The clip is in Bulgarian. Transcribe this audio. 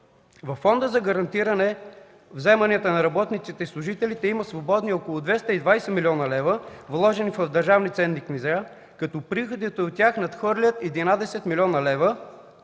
Във Фонда за гарантиране на вземанията на работниците и служителите има свободни около 220 млн. лв., вложени в държавни ценни книжа, като приходите от тях надхвърлят 11 млн. лв.